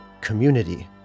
community